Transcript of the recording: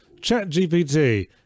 ChatGPT